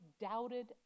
doubted